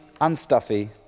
unstuffy